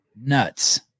Nuts